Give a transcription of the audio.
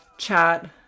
chat